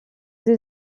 sie